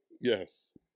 Yes